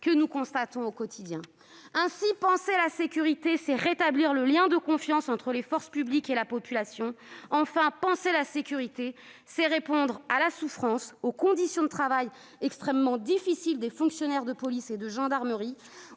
que nous constatons au quotidien. Penser la sécurité, c'est rétablir le lien de confiance entre les forces publiques et la population. Enfin, penser la sécurité, c'est répondre à la souffrance et aux conditions de travail extrêmement difficiles des fonctionnaires de police et de gendarmerie.